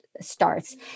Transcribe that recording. starts